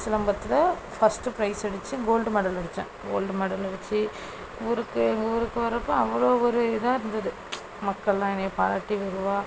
சிலம்பத்தில் first prize அடிச்சு gold medal அடிச்சேன் gold medal அடிச்சு ஊருக்கு எங்கள் ஊருக்கு வர்றப்போ அவ்வளோ ஒரு இதாக இருந்துது மக்கள் எல்லாம் என்னையை பாராட்டி வெகுவாக